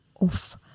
off